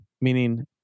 meaning